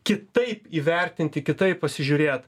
kitaip įvertinti kitaip pasižiūrėt